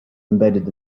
embedded